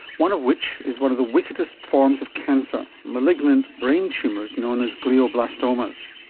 one of which is one of the wickedest forms of cancer, malignant brain tumours known as glioblastomas.